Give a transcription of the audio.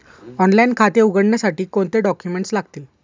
Online खाते उघडण्यासाठी कोणते डॉक्युमेंट्स लागतील?